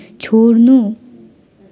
छोड्नु